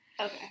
Okay